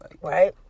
right